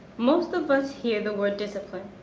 most of us hear the word discipline,